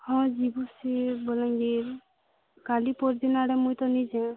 ହଁ ଯିବୁ ସେଇ ବାଲାଙ୍ଗୀର୍ କାଲି ପହଁର୍ ଦିନ ଆଡ଼େ ମୁଇଁତ ନେଇଁଯିବି